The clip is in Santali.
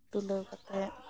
ᱛᱩᱞᱟᱹᱣ ᱠᱟᱛᱮ